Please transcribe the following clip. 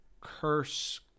Curse